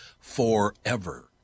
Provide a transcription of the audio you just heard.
forever